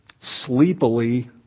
sleepily